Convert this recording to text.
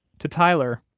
to tyler,